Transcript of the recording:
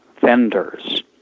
vendors